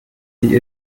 sie